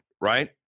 Right